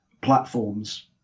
platforms